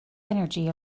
energy